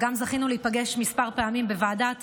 וגם זכינו להיפגש כמה פעמים בוועדת